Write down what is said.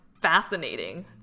fascinating